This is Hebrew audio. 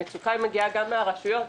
המצוקה מגיעה גם מהרשויות.